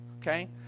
Okay